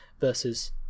versus